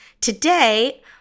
Today